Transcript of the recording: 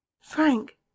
Frank